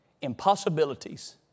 impossibilities